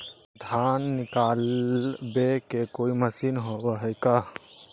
धान निकालबे के कोई मशीन होब है का?